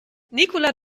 nicola